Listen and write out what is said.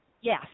Yes